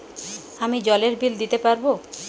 আমি জলের বিল দিতে পারবো?